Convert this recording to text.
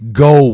go